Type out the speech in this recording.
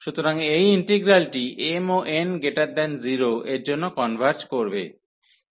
সুতরাং এই ইন্টিগ্রালটি mও n0 এর জন্য কনভার্জ করবে